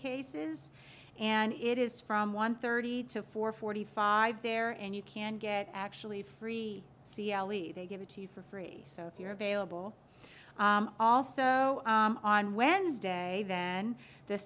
cases and it is from one thirty to four forty five there and you can get actually free c l e p they give it to you for free so if you're available also on wednesday then the